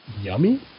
Yummy